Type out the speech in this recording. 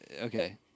Okay